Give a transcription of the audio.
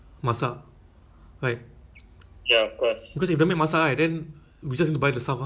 but fair~ I mean like the betul punya pasar online maybe maybe